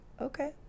okay